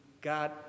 God